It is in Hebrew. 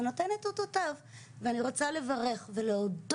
נותן את אותותיו ואני רוצה לברך ולהודות